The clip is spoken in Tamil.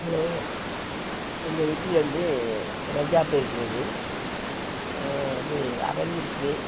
ஹலோ எங்கள் வீட்டில் வந்து ரோஜாப்பூ இருக்கிறது இது அரளி இருக்குது